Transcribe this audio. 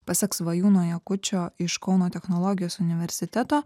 pasak svajūno jakučio iš kauno technologijos universiteto